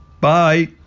Bye